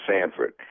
Sanford